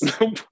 Nope